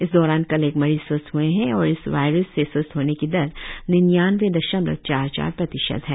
इस दौरान कल एक मरीज स्वस्थ हुए है और इस वायर्स से स्वस्थ होने की दर निन्यानवे दशमलव चार चार प्रतिशत है